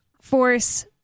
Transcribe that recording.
force